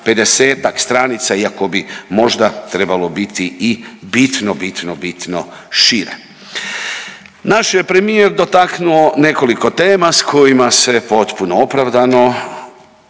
50-tak stranica iako bi možda trebalo biti i bitno, bitno, bitno šire. Naš je premijer dotaknuo nekoliko tema s kojima se potpuno opravdano,